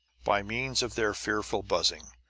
by means of their fearful buzzing,